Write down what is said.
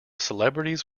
celebrities